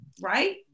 right